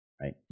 right